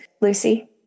Lucy